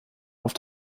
auf